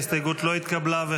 ההסתייגות לא התקבלה.